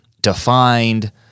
defined